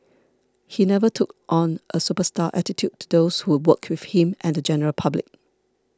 he never took on a superstar attitude to those who worked with him and the general public